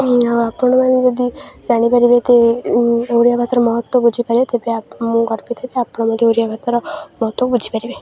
ଆଉ ଆପଣମାନେ ଯଦି ଜାଣିପାରିବେ ତ ଓଡ଼ିଆ ଭାଷାର ମହତ୍ଵ ବୁଝିପାରିବେ ତେବେ ମୁଁ ଗର୍ବିତ ହେବି ଆପଣ ମଧ୍ୟ ଓଡ଼ିଆ ଭାଷାର ମହତ୍ୱ ବୁଝିପାରିବେ